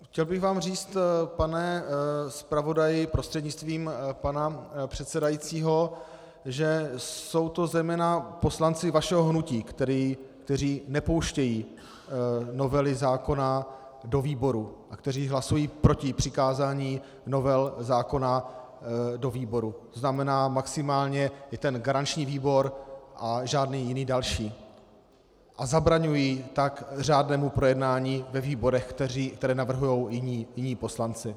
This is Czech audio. Chtěl bych vám říct, pane zpravodaji prostřednictvím pana předsedajícího, že jsou to zejména poslanci vašeho hnutí, kteří nepouštějí novely zákona do výborů a kteří hlasují proti přikázání novel zákonů do výborů, to znamená maximálně je garanční výbor a žádný jiný další, a zabraňují tak řádnému projednání ve výborech, které navrhují jiní poslanci.